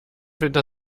winter